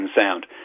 sound